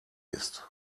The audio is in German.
ist